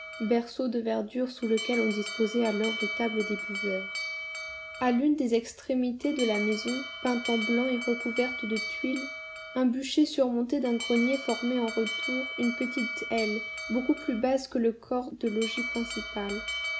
berceau de verdure sous lequel on disposait alors les tables des buveurs à l'une des extrémités de la maison peinte en blanc et recouverte de tuiles un bûcher surmonté d'un grenier formait en retour une petite aile beaucoup plus basse que le corps de logis principal